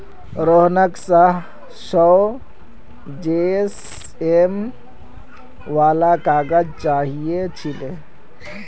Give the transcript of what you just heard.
रोहनक सौ जीएसएम वाला काग़ज़ चाहिए छिले